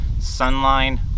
Sunline